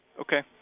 Okay